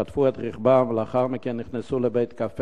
שטפו את רכבם ולאחר מכן נכנסו לבית-קפה